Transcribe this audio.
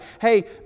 hey